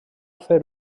fer